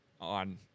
on